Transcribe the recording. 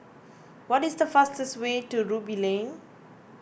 what is the fastest way to Ruby Lane